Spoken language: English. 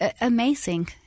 amazing